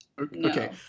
Okay